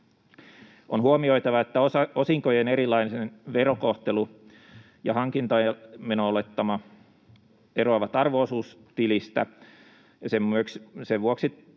On huomioitava, että osinkojen erilainen verokohtelu ja hankintameno-olettama eroavat arvo-osuustilistä, ja sen vuoksi